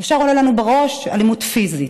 ישר עולה לנו בראש אלימות פיזית,